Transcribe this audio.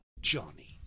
Johnny